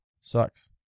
sucks